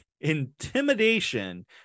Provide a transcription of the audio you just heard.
intimidation